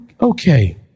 Okay